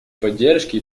поддержки